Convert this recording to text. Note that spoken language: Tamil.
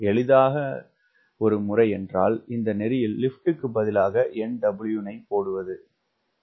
எளிதான முறை என்றால் இந்த நெறியில் லிப்டுக்கு பதிலாக nW னை போடுவது